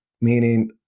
meaning